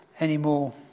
anymore